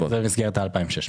זה במסגרת ה-2,600.